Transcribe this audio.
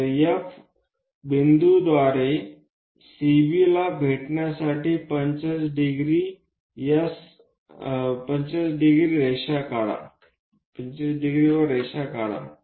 तर F पॉइंटद्वारे CBला भेटण्यासाठी 45 डिग्री वर रेषा काढा